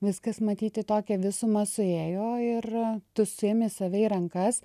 viskas matyt į tokią visumą suėjo ir tu suimi save į rankas